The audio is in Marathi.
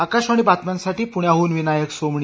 आकाशवाणी बातम्यांसाठी पुण्याहून विनायक सोमणी